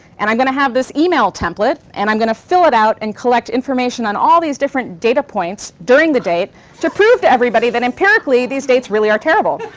and i'm going to have this email template, and i'm going to fill it out and collect information on all these different data points during the date to prove to everybody that empirically, these dates really are terrible.